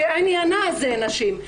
שעניינה זה נשים,